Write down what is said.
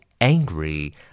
angry